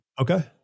okay